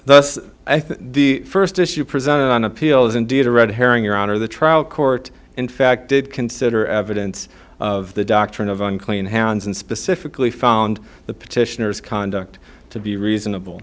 think the first issue presented on appeal is indeed a red herring your honor the trial court in fact did consider evidence of the doctrine of unclean hands and specifically found the petitioners conduct to be reasonable